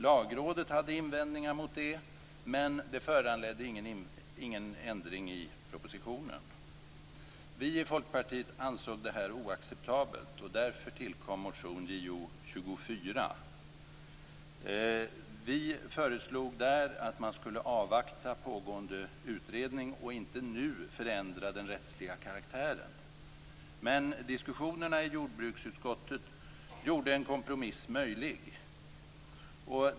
Lagrådet hade invändningar mot detta, men de föranledde ingen ändring i propositionen. Vi i Folkpartiet ansåg det här oacceptabelt, och därför tillkom motion Jo24. Vi föreslog där att man skulle avvakta pågående utredning och inte nu förändra den rättsliga karaktären. Men diskussionerna i jordbruksutskottet gjorde en kompromiss möjlig.